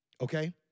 Okay